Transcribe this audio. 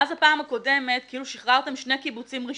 מאז הפעם הקודמת כאילו שחררתם שני קיבוצים ראשונים.